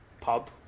pub